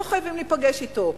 לא חייבים להיפגש אתו,